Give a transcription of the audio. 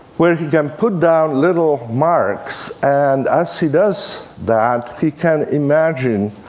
where he can put down little marks, and as he does that, he can imagine